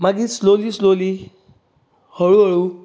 मागीर slowly slowly हळू हळू